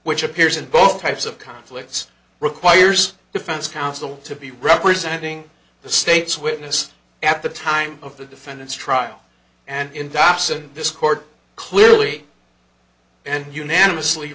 which appears in both types of conflicts requires defense counsel to be representing the state's witness at the time of the defendant's trial and in dyson this court clearly and unanimously